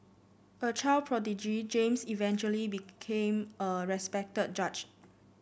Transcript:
a child prodigy James eventually became a respected judge